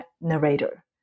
narrator